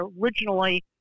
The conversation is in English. originally